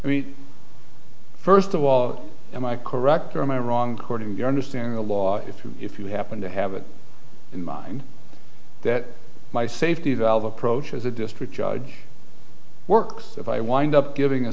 i mean first of all am i correct or am i wrong or do you understand the law if you if you happen to have it in mind that my safety valve approaches a district judge work if i wind up giving a